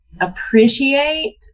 appreciate